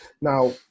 Now